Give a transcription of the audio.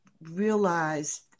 realized